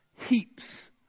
heaps